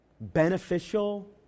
beneficial